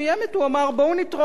בואו נטרוף את כל הקלפים,